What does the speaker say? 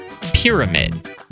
pyramid